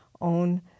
own